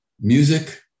music